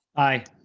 i.